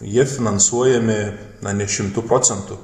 jie finansuojami na ne šimtu procentų